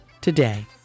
today